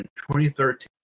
2013